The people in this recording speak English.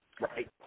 right